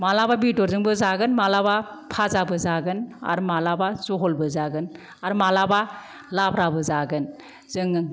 मालाबा बेदरजोंबो जागोन मालाबा फाजाबो जागोन आरो मालाबा जहलबो जागोन आरो मालाबा लाब्राबो जागोन जों